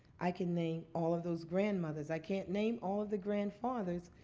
i can name all of those grandmothers. i can't name all of the grandfathers,